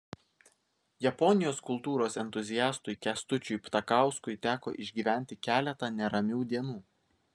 japonijos kultūros entuziastui kęstučiui ptakauskui teko išgyventi keletą neramių dienų